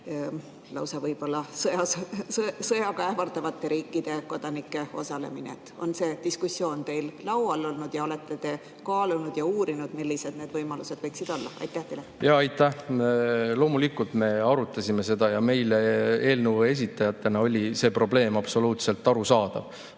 lausa sõjaga ähvardavate riikide kodanike osalemine. On see diskussioon teil laual olnud ja olete te kaalunud ja uurinud, millised need võimalused võiksid olla? Aitäh! Loomulikult me arutasime seda ja meile eelnõu esitajatena oli see probleem absoluutselt arusaadav.